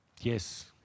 Yes